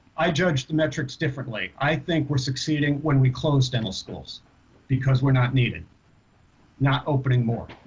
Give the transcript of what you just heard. i judge the metrics differently i think we're succeeding when we close dental schools because we're not needed not opening more.